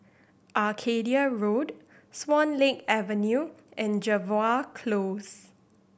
Arcadia Road Swan Lake Avenue and Jervois Close